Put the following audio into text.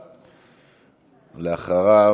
אחריו,